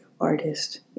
artist